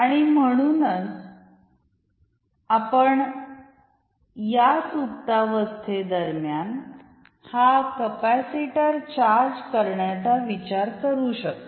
आणि म्हणूनच आपण या सुप्तावस्थेदरम्यान हा कॅपॅसिटर चार्ज करण्याचा विचार करू शकता